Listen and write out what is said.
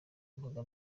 mboga